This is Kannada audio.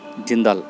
ಜಿಂದಾಲ್